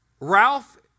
Ralph